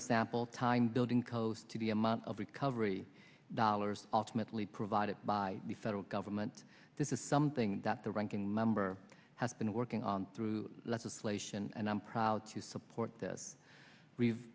example time building codes to be amount of recovery dollars ultimately provided by the federal government this is something that the ranking member has been working on through legislation and i'm proud to support this re